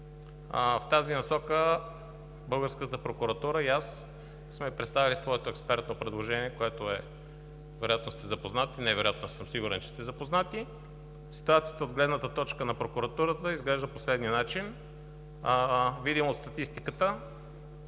В тази насока българската прокуратура и аз сме представили своето експертно предложение, с което съм сигурен, че сте запознати. Ситуацията от гледната точка на прокуратурата изглежда по следния начин, видимо от статистиката